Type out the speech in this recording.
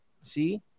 See